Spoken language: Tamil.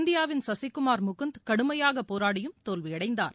இந்தியாவின் சசிகுமார் முகுந்த் கடுமையாக போராடியும் தோல்வியடைந்தார்